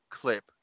clip